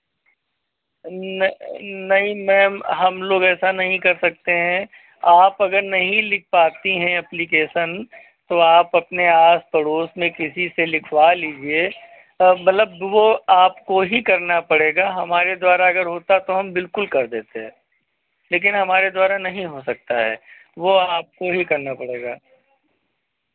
न नहीं मैम हमलोग ऐसा नहीं कर सकते हैं आप अगर नहीं लिख पाती हैं अप्लीकेशन तो आप अपने आस पड़ोस में किसी से लिखवा लीजिए मतलब वो आपको ही करना पड़ेगा हमारे द्वारा अगर होता तो हम बिल्कुल कर देते लेकिन हमारे द्वारा नहीं हो सकता है वो आपको ही करना पड़ेगा